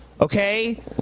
okay